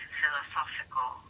philosophical